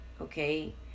okay